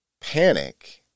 panic